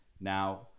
now